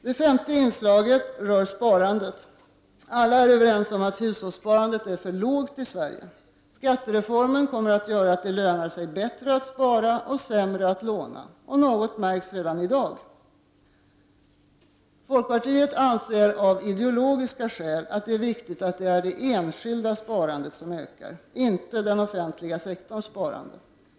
Det femte inslaget rör sparandet. Alla är överens om att hushållssparandet är för lågt i Sverige. Skattereformen kommer att göra att det lönar sig bättre att spara och sämre att låna. Något av detta märks redan i dag. Folkpartiet anser av ideologiska skäl att det är viktigt att det enskilda sparandet ökar, inte den offentliga sektorns sparande.